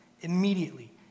immediately